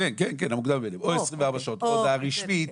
או 24 שעות או הודעה רשמית,